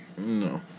No